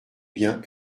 bien